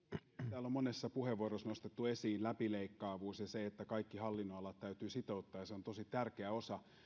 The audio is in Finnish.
on monessa puheenvuorossa nostettu esiin läpileikkaavuus ja se että kaikki hallinnonalat täytyy si touttaa ja se on tosi tärkeä osa